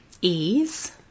ease